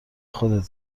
خودت